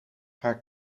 haar